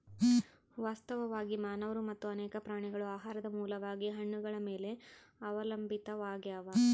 ವಾಸ್ತವವಾಗಿ ಮಾನವರು ಮತ್ತು ಅನೇಕ ಪ್ರಾಣಿಗಳು ಆಹಾರದ ಮೂಲವಾಗಿ ಹಣ್ಣುಗಳ ಮೇಲೆ ಅವಲಂಬಿತಾವಾಗ್ಯಾವ